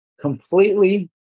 completely